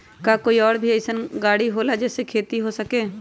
का कोई और भी अइसन और गाड़ी होला जे से खेती हो सके?